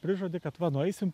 prižadi kad va nueisim